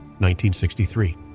1963